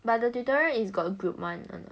but the tutorial is got group [one] or not